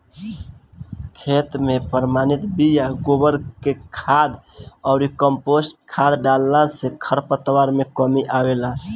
खेत में प्रमाणित बिया, गोबर के खाद अउरी कम्पोस्ट खाद डालला से खरपतवार में कमी आवेला